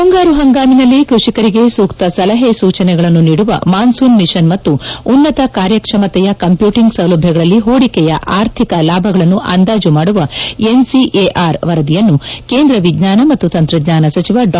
ಮುಂಗಾರು ಪಂಗಾಮಿನಲ್ಲಿ ಕ್ಕಷಿಕರಿಗೆ ಸೂಕ್ಷ ಸಲಹೆ ಸೂಚನೆಗಳನ್ನು ನೀಡುವ ಮಾನ್ಸೂನ್ ಮಿಷನ್ ಮತ್ತು ಉನ್ನತ ಕಾರ್ಯಕ್ಷಮತೆಯ ಕಂಪ್ಲೂಟಿಂಗ್ ಸೌಲಭ್ಷಗಳಲ್ಲಿ ಹೂಡಿಕೆಯ ಆರ್ಥಿಕ ಲಾಭಗಳನ್ನು ಅಂದಾಜು ಮಾಡುವ್ ಎನ್ಸಿಎಇಆರ್ ವರದಿಯನ್ನು ಕೇಂದ್ರ ವಿಜ್ಞಾನ ಮತ್ತು ತಂತ್ರಜ್ಞಾನ ಸಚಿವ ಡಾ